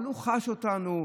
אבל הוא חש אותנו,